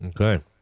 Okay